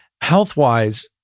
health-wise